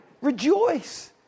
rejoice